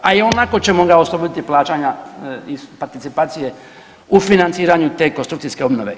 A i onako ćemo ga osloboditi plaćanja participacije u financiranju te konstrukcijske obnove.